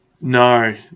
No